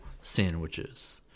sandwiches